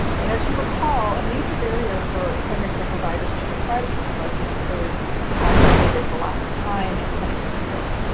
and as you recall, a major barrier for primary care providers to prescribe buprenorphine is cited as a lack of time and clinic support.